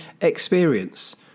experience